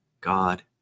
God